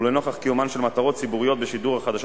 ולנוכח קיומן של מטרות ציבוריות בשידור החדשות